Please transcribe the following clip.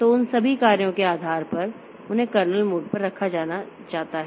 तो उन सभी कार्यों के आधार पर उन्हें कर्नेल मोड पर रखा जाता है